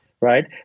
right